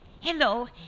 Hello